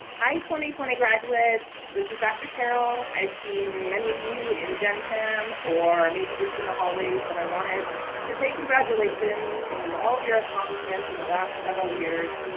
twenty twenty graduates. this is dr. carroll. i've seen many of you in gen chem or maybe just in the hallways, but i wanted to say congratulations in all of your accomplishments in the last several years.